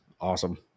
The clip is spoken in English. Awesome